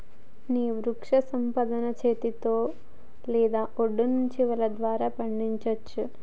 నీటి వృక్షసంపదను చేతితో లేదా ఒడ్డు నుండి వల ద్వారా పండించచ్చు